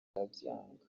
arabyanga